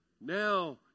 Now